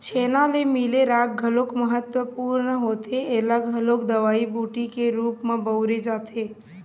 छेना ले मिले राख घलोक महत्वपूर्न होथे ऐला घलोक दवई बूटी के रुप म बउरे जाथे